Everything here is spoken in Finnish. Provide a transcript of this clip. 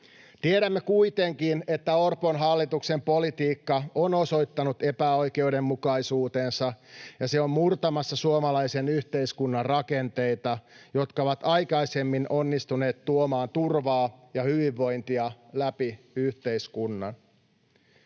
Tiedämme kuitenkin, että Orpon hallituksen politiikka on osoittanut epäoikeudenmukaisuutensa ja se on murtamassa suomalaisen yhteiskunnan rakenteita, jotka ovat aikaisemmin onnistuneet tuomaan turvaa ja hyvinvointia läpi yhteiskunnan.